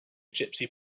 gypsy